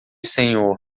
senhor